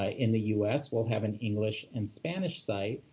ah in the us, we'll have an english and spanish site.